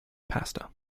pasta